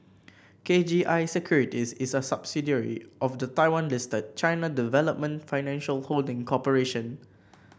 K G I Securities is a subsidiary of the Taiwan listed China Development Financial Holding Corporation